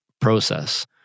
process